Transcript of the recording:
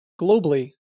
globally